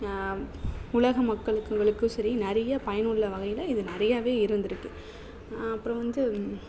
உலக மக்களுக்களுக்கும் சரி நிறைய பயனுள்ள வகையில் இது நிறையவே இருந்திருக்கு அப்புறம் வந்து